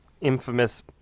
infamous